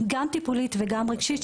גם טיפולית וגם רגשית,